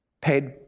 paid